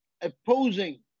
opposing